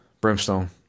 Brimstone